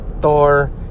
Thor